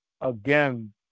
again